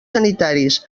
sanitaris